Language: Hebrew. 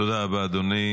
תודה רבה אדוני.